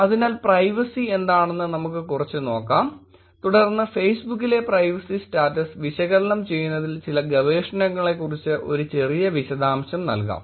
അതിനാൽ പ്രൈവസി എന്താണെന്ന് നമുക്ക് കുറച്ച് നോക്കാം തുടർന്ന് Facebook ലെ പ്രൈവസി സ്റ്റാറ്റസ് വിശകലനം ചെയ്യുന്നതിൽ ചില ഗവേഷണങ്ങളെക്കുറിച്ച് ഒരു ചെറിയ വിശദാംശം നൽകാം